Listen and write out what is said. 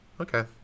okay